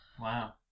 Wow